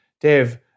Dave